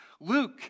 Luke